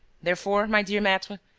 therefore, my dear maitre,